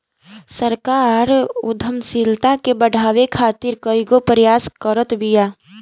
सरकार उद्यमशीलता के बढ़ावे खातीर कईगो प्रयास करत बिया